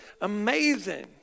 amazing